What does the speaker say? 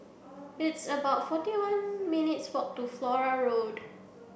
it's about forty one minutes' walk to Flora Road